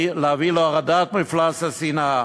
להביא להורדת מפלס השנאה